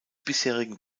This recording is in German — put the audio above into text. bisherigen